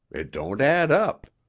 it don't add up.